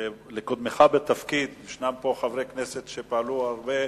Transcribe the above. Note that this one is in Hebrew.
שלקודמך בתפקיד, יש פה חברי כנסת שפעלו הרבה,